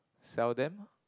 sell them